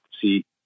see